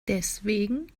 deswegen